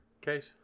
case